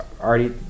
already